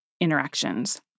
interactions